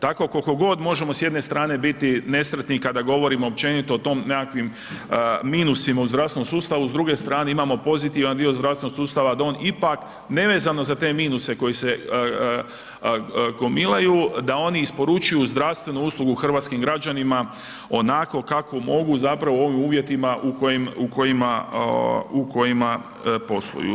Tako koliko god možemo s jedne strane biti nesretni kada govorimo općenito o tim nekakvim minusima u zdravstvenom sustavu s druge strane imamo pozitivan dio zdravstvenog sustava da on ipak nevezano za te minuse koji se gomilaju da oni isporučuju zdravstvenu uslugu hrvatskim građanima onako kako mogu zapravo u ovim uvjetima u kojima posluju.